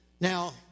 Now